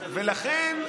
לכן,